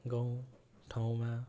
गाउँ ठाउँमा